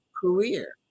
career